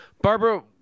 Barbara